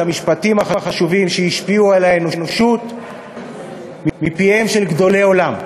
המשפטים החשובים שהשפיעו על האנושות מפיהם של גדולי עולם.